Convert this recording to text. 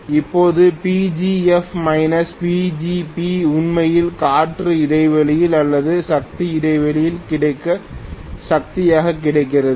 இப்போது Pgf Pgb உண்மையில் காற்று இடைவெளியில் அல்லது சக்தி இடைவெளியில் கிடைக்கும் சக்தியாகக் கிடைக்கிறது